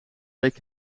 week